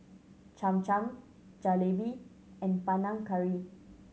Cham Cham Jalebi and Panang Curry